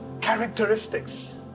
characteristics